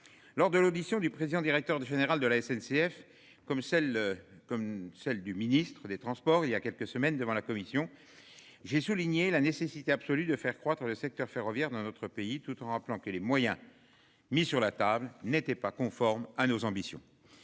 Lors de l'audition du président directeur général de la SNCF comme celle comme celle du ministre des transports, il y a quelques semaines devant la commission. J'ai souligné la nécessité absolue de faire croître le secteur ferroviaire dans notre pays tout en rappelant que les moyens. Mis sur la table n'était pas conforme à nos ambitions.